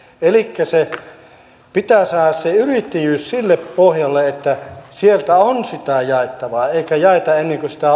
elikkä pitää saada se yrittäjyys sille pohjalle että sieltä on sitä jaettavaa eikä jaeta ennen kuin sitä